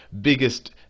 biggest